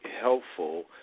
helpful